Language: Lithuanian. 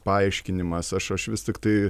paaiškinimas aš aš vis tiktai